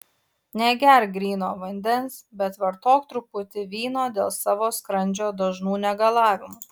negerk gryno vandens bet vartok truputį vyno dėl savo skrandžio dažnų negalavimų